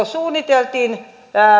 suunniteltiin joko